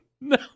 No